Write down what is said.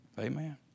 Amen